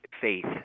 faith